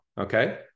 Okay